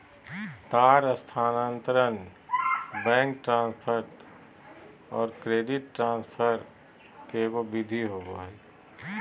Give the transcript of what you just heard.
तार स्थानांतरण, bank transfer औरो क्रेडिट ट्रांसफ़र के एगो विधि होबो हइ